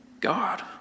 God